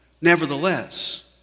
Nevertheless